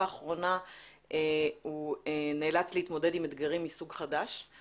האחרונה הוא נאלץ להתמודד עם אתגרים מסוג חדש,